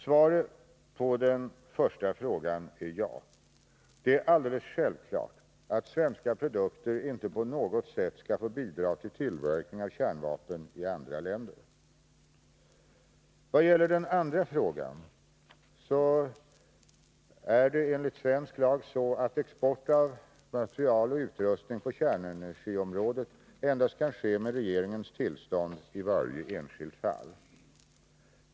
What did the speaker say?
Svaret på den första frågan är ja. Det är alldeles självklart att svenska produkter inte på något sätt skall få bidra till tillverkning av kärnvapen i andra länder. När det gäller den andra frågan är det enligt svensk lag så, att export av material och utrustning på kärnenergiområdet endast kan ske med regeringens tillstånd i varje enskilt fall.